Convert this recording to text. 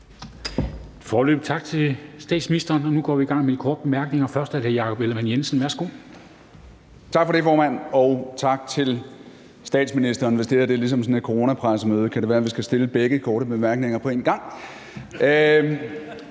tak til statsministeren. Nu går vi i gang med de korte bemærkninger. Det er først hr. Jakob Ellemann-Jensen. Værsgo. Kl. 22:57 Jakob Ellemann-Jensen (V): Tak for det, formand, og tak til statsministeren. Hvis det her er ligesom et coronapressemøde, kan det være, at vi skal komme med begge korte bemærkninger på en gang.